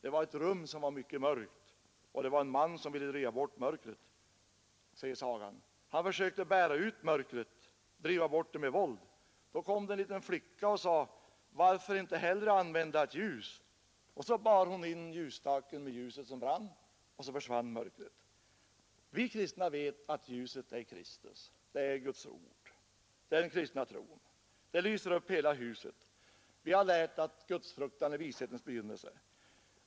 Det var ett rum som var mycket mörkt, och det var en man som ville driva bort mörkret, säger sagan. Han försökte bära ut mörkret, driva bort det med våld. Då kom en liten flicka som sade: Varför inte hellre använda ett ljus? Och så bar hon in ljusstaken med ljuset som brann, och då försvann mörkret. Vi kristna vet att ljuset är Kristus. Det är Guds ord; det är den kristna tron. Den lyser upp hela huset. Vi har lärt att gudsfruktan är vishetens begynnelse.